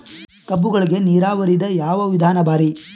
ಕಬ್ಬುಗಳಿಗಿ ನೀರಾವರಿದ ಯಾವ ವಿಧಾನ ಭಾರಿ?